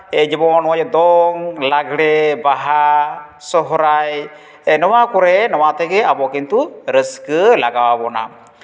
ᱮᱭ ᱡᱮᱢᱚᱱ ᱫᱚᱝ ᱞᱟᱸᱜᱽᱲᱮ ᱵᱟᱦᱟ ᱥᱚᱦᱚᱨᱟᱭ ᱱᱚᱣᱟ ᱠᱚᱨᱮᱜ ᱱᱚᱣᱟ ᱛᱮᱜᱮ ᱟᱵᱚ ᱠᱤᱱᱛᱩ ᱨᱟᱹᱥᱠᱟᱹ ᱞᱟᱜᱟᱣ ᱟᱵᱚᱱᱟ